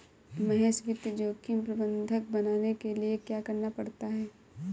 महेश वित्त जोखिम प्रबंधक बनने के लिए क्या करना पड़ता है?